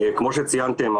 כמו שציינתם,